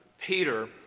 Peter